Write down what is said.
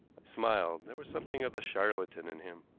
smiled. there was something of the charlatan in him.